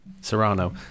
Serrano